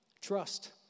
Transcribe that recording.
trust